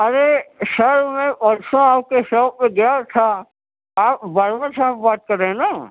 ارے sir میں پرسوں آپ کے شاپ پہ گیا تھا آپ باربر صاحب بات کر رہے ہیں نا